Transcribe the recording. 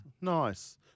Nice